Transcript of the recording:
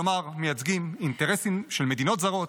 כלומר מייצגים אינטרסים של מדינות זרות,